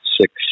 six